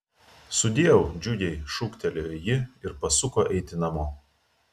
sudieu džiugiai šūktelėjo ji ir pasuko eiti namo